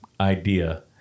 idea